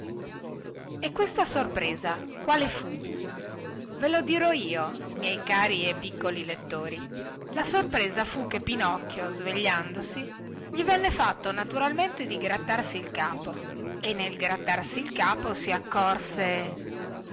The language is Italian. e questa sorpresa quale fu ve lo dirò io miei cari e piccoli lettori la sorpresa fu che pinocchio svegliandosi gli venne fatto naturalmente di grattarsi il capo e nel grattarsi il capo si accorse